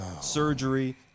surgery